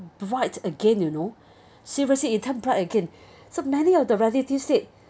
bright again you know seriously it turn bright again so many of the relatives said